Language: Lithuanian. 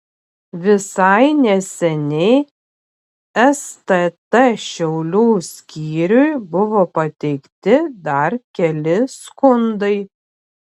visai neseniai stt šiaulių skyriui buvo pateikti dar keli skundai